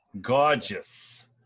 Gorgeous